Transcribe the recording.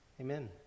amen